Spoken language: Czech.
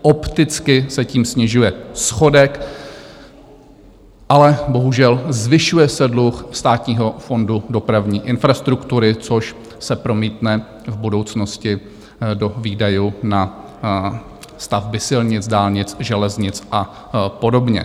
Opticky se tím snižuje schodek, ale bohužel zvyšuje se dluh Státního fondu dopravní infrastruktury, což se promítne v budoucnosti do výdajů na stavby silnic, dálnic, železnic a podobně.